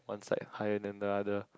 one side higher than the other